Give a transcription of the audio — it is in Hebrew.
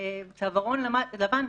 צווארון לבן,